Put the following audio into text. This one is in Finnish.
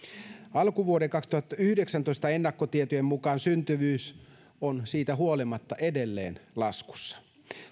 alkuvuoden kaksituhattayhdeksäntoista ennakkotietojen mukaan syntyvyys on siitä huolimatta edelleen laskussa